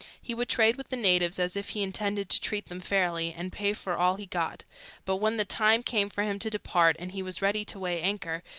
he would trade with the natives as if he intended to treat them fairly and pay for all he got but when the time came for him to depart, and he was ready to weigh anchor,